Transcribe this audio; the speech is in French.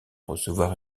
recevoir